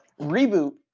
Reboot